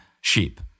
sheep